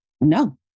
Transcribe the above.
No